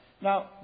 Now